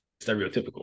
stereotypical